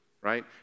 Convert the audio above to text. right